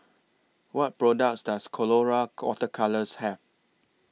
What products Does Colora Water Colours Have